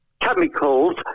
chemicals